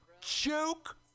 Joke